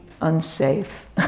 unsafe